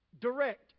Direct